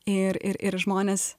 ir ir ir žmonės